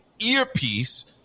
earpiece